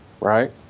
right